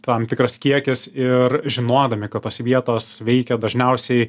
tam tikras kiekis ir žinodami kad tos vietos veikia dažniausiai